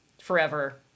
forever